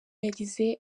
yagize